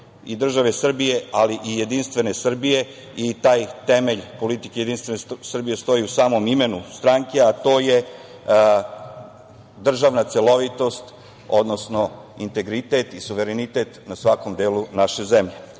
i države Srbije, ali i jedinstvene Srbije i taj temelj politike Jedinstvene Srbije stoji u samom imenu stranke, a to je državna celovitost, odnosno integritet i suverenitet na svakom delu naše zemlje.S